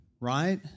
right